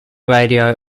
radio